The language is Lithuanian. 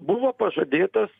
buvo pažadėtas